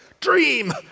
dream